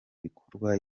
bikorwa